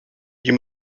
you